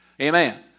amen